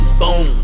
boom